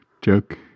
joke